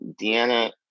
Deanna